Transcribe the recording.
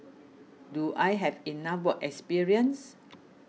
do I have enough work experience